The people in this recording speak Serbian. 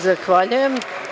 Zahvaljujem.